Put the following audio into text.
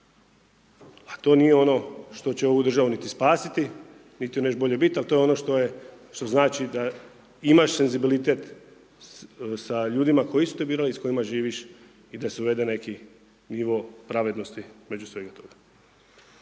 A to nije ono što će ovu državu niti spasiti niti joj nešto bolje biti, ali to je ono što je, što znači da imaš senzibilitet sa ljudima koji su te birali, s kojima živiš i da se uvede neki nivo pravednosti između svega toga.